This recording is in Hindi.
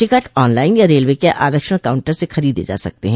टिकट ऑनलाइन या रेलवे के आरक्षण काउंटर से खरीदे जा सकते हैं